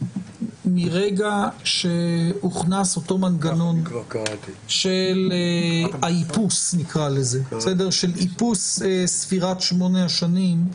מרגע שהוכנס אותו מנגנון של איפוס ספירת שמונה השנים,